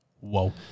Whoa